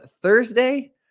Thursday